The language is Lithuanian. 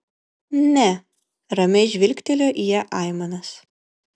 ne ramiai žvilgtelėjo į ją aimanas